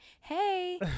hey